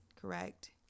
correct